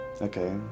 Okay